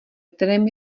kterém